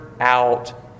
out